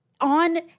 on